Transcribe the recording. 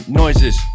noises